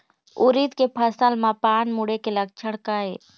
उरीद के फसल म पान मुड़े के लक्षण का ये?